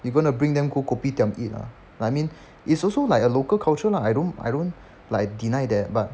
you gonna bring them go kopitiam eat ah I mean it's also like a local culture lah I don't I don't like deny that but